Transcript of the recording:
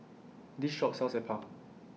This Shop sells Appam